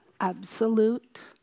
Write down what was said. absolute